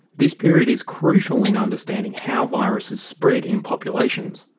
this period is crucial in understanding how viruses spread in populations.